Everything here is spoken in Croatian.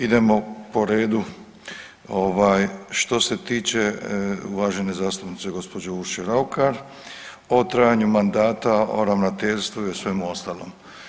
Idemo po redu ovaj, što se tiče uvažene zastupnice gđe. Urše Raukar, o trajanju mandata, o Ravnateljstvu i svemu ostalom.